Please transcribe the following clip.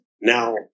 Now